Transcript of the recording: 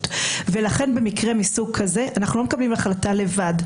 ולכן במקרה מסוג כזה אנחנו לא מקבלים החלטה לבד.